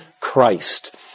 Christ